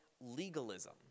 legalism